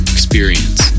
Experience